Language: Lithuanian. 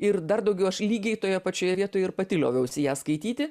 ir dar daugiau aš lygiai toje pačioje vietoje ir pati lioviausi ją skaityti